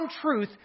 truth